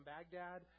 Baghdad